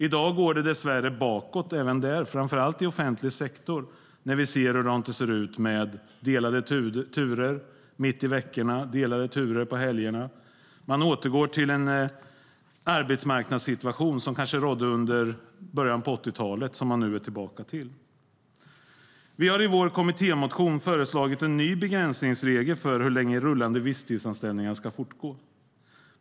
I dag går det dess värre bakåt även där, framför allt inom offentlig sektor, när vi ser hur det ser ut med delade turer mitt i veckorna och delade turer på helgerna. Det är en arbetsmarknadssituation som kanske rådde under början på 80-talet som man nu är tillbaka till. Vi har i vår kommittémotion föreslagit en ny begränsningsregel för hur länge rullande visstidsanställningar kan fortgå.